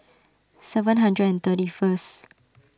seven hundred and thirty first